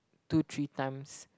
two three times